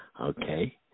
Okay